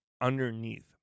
underneath